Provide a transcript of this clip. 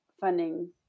funding